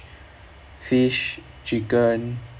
fish chicken